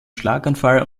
schlaganfall